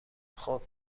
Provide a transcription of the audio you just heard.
خوب